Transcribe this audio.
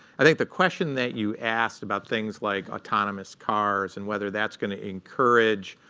i think the question that you asked about things like autonomous cars and whether that's going to encourage